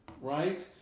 right